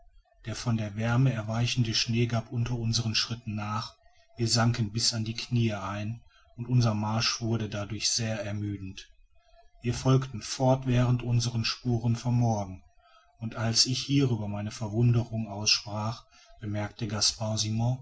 der von der wärme erweichte schnee gab unter unseren schritten nach wir sanken bis an die kniee ein und unser marsch wurde dadurch sehr ermüdend wir folgten fortwährend unseren spuren vom morgen und als ich hierüber meine verwunderung aussprach bemerkte